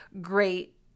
great